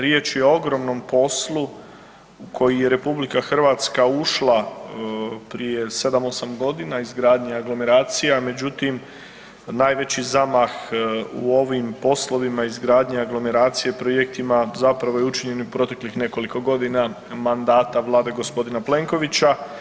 Riječ je o ogromnom poslu u koji je RH ušla prije 7-8 godina, izgradnja aglomeracija, međutim najveći zamah u ovim poslovima izgradnje aglomeracije projektima zapravo je učinjen proteklih nekoliko godina mandata Vlade gospodina Plenkovića.